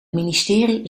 ministerie